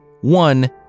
One